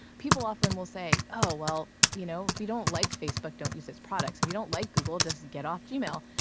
people often will say, oh well, you know if you don't like facebook, don't use its products. if you don't like google, just get off gmail.